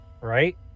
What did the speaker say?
Right